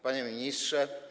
Panie Ministrze!